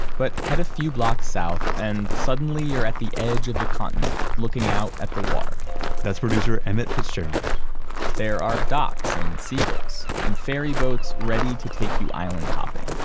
but head a few blocks south and suddenly you're at the edge of the continent, looking out at the water that's producer emmett fitzgerald there are docks and seagulls, and ferry boats ready to take you island hopping